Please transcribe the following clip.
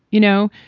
you know,